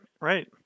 right